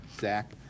Zach